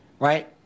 right